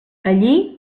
allí